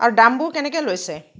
আৰু দামবোৰ কেনেকৈ লৈছে